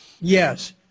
Yes